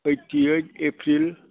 eighty eight April